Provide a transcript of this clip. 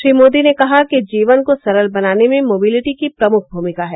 श्री मोदी ने कहा कि जीवन को सरल बनाने में मोबिलिटी की प्रमुख भूमिका है